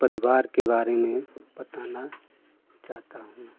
परिवार के बारे में बताना चाहता हूँ